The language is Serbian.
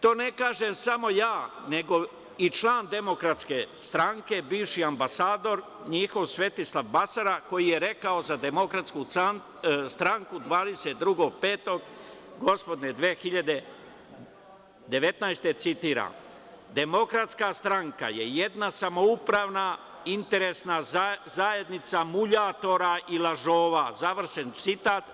To ne kažem samo ja nego i član DS, bivši ambasador njihov, Svetislav Basara, koji je rekao za DS 22. maja gospodnjeg 2019. citiram – Demokratska Stranka je jedna samoupravna interesna zajednica muljatora i lažova, završen citat.